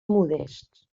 modests